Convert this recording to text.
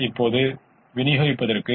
இப்போது தேற்றம் என்ன சொல்கிறது